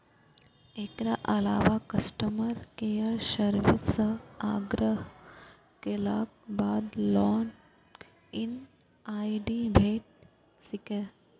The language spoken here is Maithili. एकर अलावा कस्टमर केयर सर्विस सं आग्रह केलाक बाद लॉग इन आई.डी भेटि सकैए